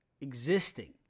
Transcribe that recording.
existing